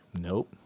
Nope